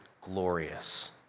glorious